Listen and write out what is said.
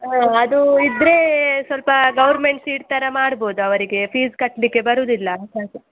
ಹಾಂ ಅದು ಇದ್ದರೆ ಸ್ವಲ್ಪ ಗವ್ರ್ಮೆಂಟ್ ಸೀಟ್ ಥರ ಮಾಡಬಹುದು ಅವರಿಗೆ ಫೀಸ್ ಕಟ್ಟಲಿಕ್ಕೆ ಬರುವುದಿಲ್ಲ